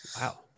Wow